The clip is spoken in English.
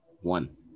one